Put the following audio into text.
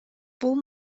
бул